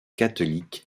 catholique